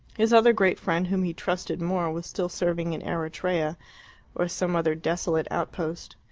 his other great friend, whom he trusted more, was still serving in eritrea or some other desolate outpost.